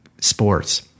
sports